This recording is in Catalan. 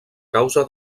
causa